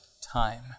time